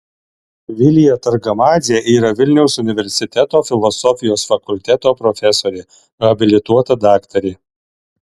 vilija targamadzė yra vilniaus universiteto filosofijos fakulteto profesorė habilituota daktarė